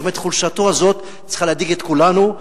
זאת אומרת, חולשתו הזאת צריכה להדאיג את כולנו.